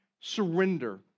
surrender